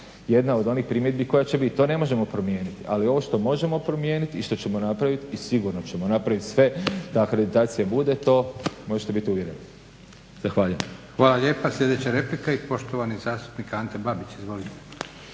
jedna od onih primjedbi koja će biti. To ne možemo promijeniti ali ovo što možemo promijeniti i što ćemo napraviti i sigurno ćemo napraviti sve da akreditacija bude to možete biti uvjereni. Zahvaljujem. **Leko, Josip (SDP)** Hvala lijepa. Sljedeća replika i poštovani zastupnik Ante Babić. Izvolite.